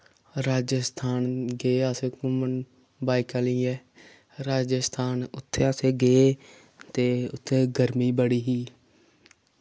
राजेस्थान गे अस घुम्मन बाइकां लेइयै राजेस्थान उत्थै अस गे ते उत्थै गर्मी बड़ी ही